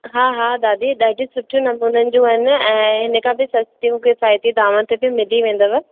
हा हा दादी ॾाढियूं सुठे नमूननि जूं आहिनि ऐं हिन खां बि सस्तियूं किफ़ायती दाम ते बि मिली वेंदव